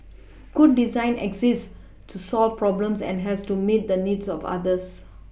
good design exists to solve problems and has to meet the needs of others